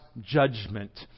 judgment